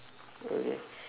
okay